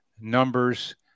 numbers